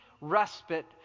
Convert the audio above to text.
respite